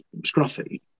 scruffy